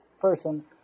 person